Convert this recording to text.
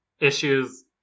issues